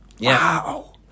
Wow